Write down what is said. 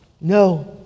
No